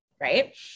right